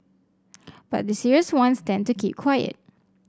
but the serious ones tend to keep quiet